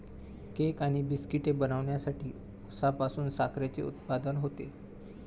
cake आणि बिस्किटे बनवण्यासाठी उसापासून साखरेचे उत्पादन होते